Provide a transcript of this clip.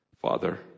Father